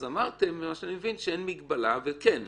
אז אמרתם שאין מגבלה, וכן.